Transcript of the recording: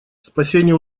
спасение